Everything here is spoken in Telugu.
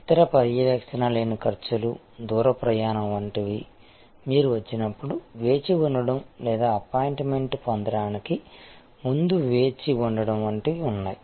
ఇతర పర్యవేక్షణ లేని ఖర్చులు దూర ప్రయాణం వంటివి మీరు వచ్చినప్పుడు వేచి ఉండటం లేదా అపాయింట్మెంట్ పొందడానికి ముందు వేచి ఉండటం వంటివి ఉన్నాయి